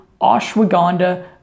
ashwagandha